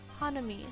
Hanami